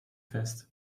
fest